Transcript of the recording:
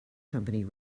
company